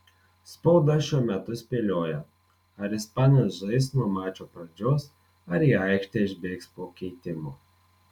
spauda šiuo metu spėlioja ar ispanas žais nuo mačo pradžios ar į aikštę išbėgs po keitimo